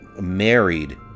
married